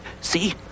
see